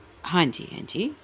ਹਾਂਜੀ ਹਾਂਜੀ